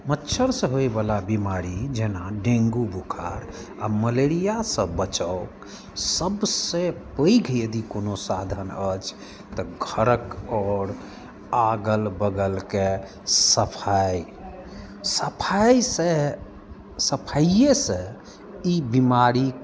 मच्छरसँ होइवला बीमारी जेना डेंगू बुखार आओर मलेरिआसँ बचाव सबसँ पैघ यदि कोनो साधन अछि तऽ घरके आओर अगल बगलके सफाइ सफाइसँ सफाइएसँ ई बिमारीके